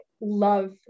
love